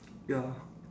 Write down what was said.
ya